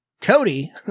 Cody